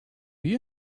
you